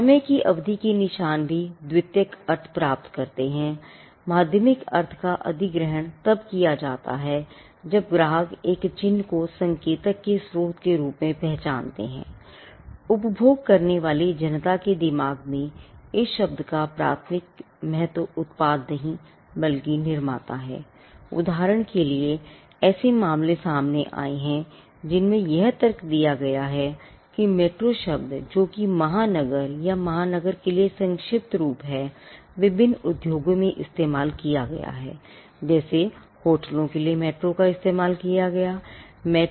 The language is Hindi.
समय की अवधि के निशान भी द्वितीयक बेचने के लिए किया गया है